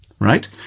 right